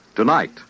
Tonight